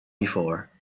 before